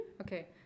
Okay